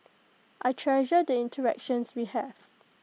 I treasure the interactions we have